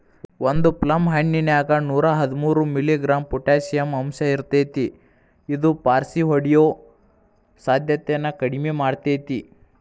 ಒಂದು ಪ್ಲಮ್ ಹಣ್ಣಿನ್ಯಾಗ ನೂರಾಹದ್ಮೂರು ಮಿ.ಗ್ರಾಂ ಪೊಟಾಷಿಯಂ ಅಂಶಇರ್ತೇತಿ ಇದು ಪಾರ್ಷಿಹೊಡಿಯೋ ಸಾಧ್ಯತೆನ ಕಡಿಮಿ ಮಾಡ್ತೆತಿ